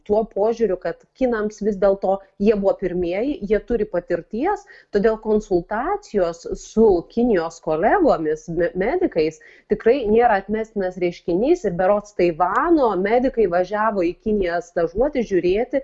tuo požiūriu kad kinams vis dėl to jie buvo pirmieji jie turi patirties todėl konsultacijos su kinijos kolegomis medikais tikrai nėra atmestinas reiškinys ir berods taivano medikai važiavo į kiniją stažuotis žiūrėti